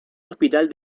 hospital